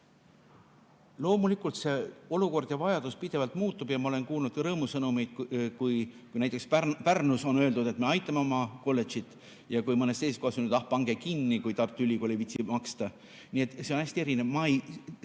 Loomulikult see olukord ja vajadus pidevalt muutub. Ma olen kuulnud ka rõõmusõnumeid. Näiteks Pärnus on öeldud, et me aitame oma kolledžit. Aga mõnes teises kohas on öeldud, et ah, pange kinni, kui Tartu Ülikool ei viitsi maksta. Nii et see on hästi erinev.